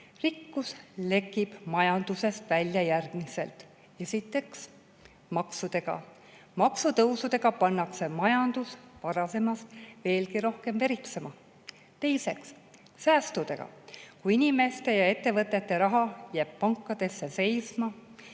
Rikkus lekib majandusest välja järgmiselt. Esiteks, maksudega. Maksutõusudega pannakse majandus varasemast veelgi rohkem veritsema. Teiseks, säästudega, kui inimeste ja ettevõtete raha jääb pankadesse seisma.